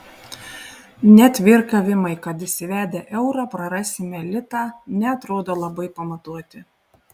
net virkavimai kad įsivedę eurą prarasime litą neatrodo labai pamatuoti